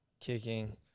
kicking